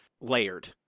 layered